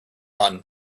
rotten